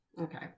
okay